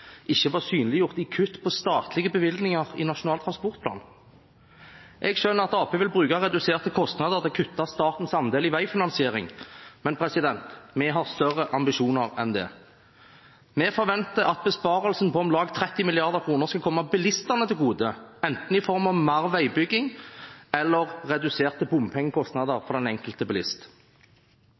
ikke var synliggjort i kutt på statlige bevilgninger i Nasjonal transportplan. Jeg skjønner at Arbeiderpartiet vil bruke reduserte kostnader til å kutte statens andel i veifinansiering, men vi har større ambisjoner enn det. Vi forventer at besparelsen på om lag 30 mrd. kr skal komme bilistene til gode, enten i form av mer veibygging eller i reduserte bompengekostnader for den enkelte bilist.